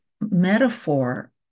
metaphor